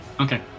Okay